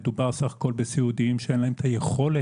מדובר בסך הכול בסיעודיים שאין להם אפילו את היכולת